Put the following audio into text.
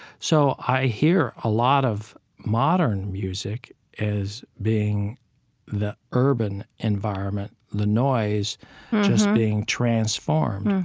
so i hear a lot of modern music as being the urban environment, the noise just being transformed